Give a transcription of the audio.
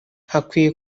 hakwiye